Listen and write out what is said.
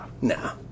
No